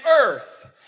earth